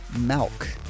milk